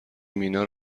مینا